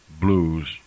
Blues